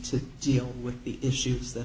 to deal with the issues that